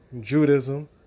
Judaism